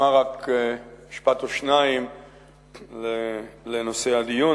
אומר רק משפט או שניים לנושא הדיון